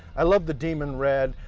i love the demon red.